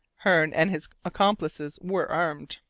hearne and his accomplices were armed.